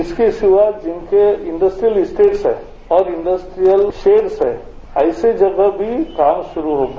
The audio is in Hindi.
इसके सिवा जिनके इंडस्ट्रीयल स्टेटस है और इंडस्ट्रीयत शेइस है ऐसी जगह भी काम शुरू होगा